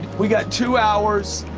we got two hours.